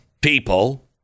people